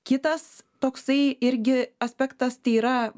kitas toksai irgi aspektas tai yra